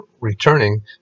returning